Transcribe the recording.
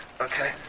Okay